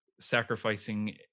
sacrificing